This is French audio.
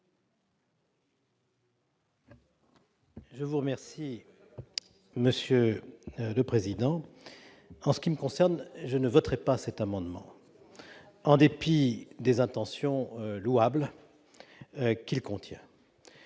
Je vous remercie, Monsieur le Président, en ce qui me concerne, je ne voterai pas cet amendement en dépit des intentions louables qu'il contient